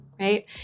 Right